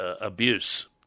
abuse